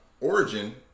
origin